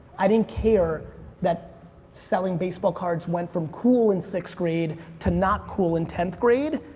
i didn't care that selling baseball cards went from cool in sixth grade to not cool in tenth grade.